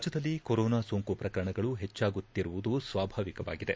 ರಾಜ್ಯದಲ್ಲಿ ಕೊರೋನಾ ಸೋಂಕು ಪ್ರಕರಣಗಳು ಹೆಚ್ಚಾಗುತ್ತಿರುವುದು ಸ್ವಾಭಾವಿಕವಾಗಿದೆ